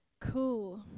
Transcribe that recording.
Cool